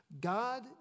God